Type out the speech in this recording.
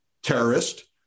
terrorist